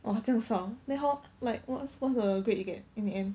!wah! 将少 then how like what's what's the grade you get in the end